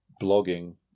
blogging